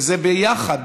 וזה ביחד,